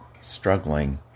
struggling